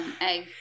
egg